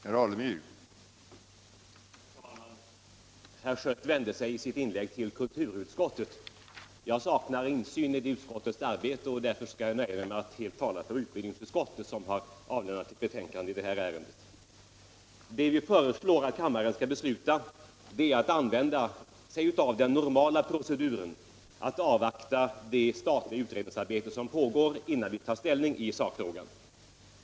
Herr talman! Herr Schött vände sig i sitt inlägg till kulturutskottet. Jag saknar insyn i det utskottets arbete, och därför skall jag nöja mig med att helt tala för utbildningsutskottet, som har avlämnat betänkandet i det här ärendet. Vad vi föreslår att kammaren skall besluta är att man skall använda den normala proceduren, nämligen att avvakta det statliga utredningsarbete som pågår innan vi tar ställning i sakfrågan.